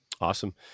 Awesome